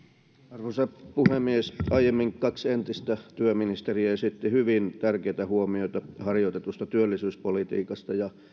arvoisa puhemies aiemmin kaksi entistä työministeriä esitti hyvin tärkeitä huomioita harjoitetusta työllisyyspolitiikasta ja